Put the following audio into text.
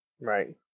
Right